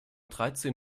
dreizehn